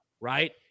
Right